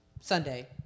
Sunday